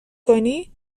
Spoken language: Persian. کنی